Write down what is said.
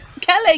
Kelly